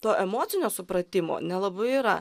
to emocinio supratimo nelabai yra